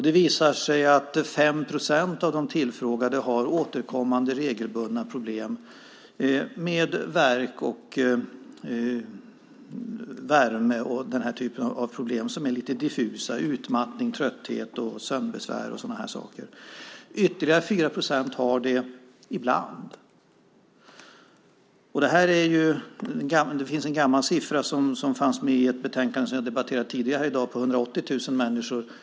Det visade sig att 5 procent av de tillfrågade hade återkommande regelbundna problem med värk och värme och problem av en lite diffus typ - utmattning, trötthet, sömnbesvär och sådana saker. Ytterligare 4 procent hade det ibland. I ett betänkande som jag debatterade tidigare i dag fanns siffran 180 000 människor med.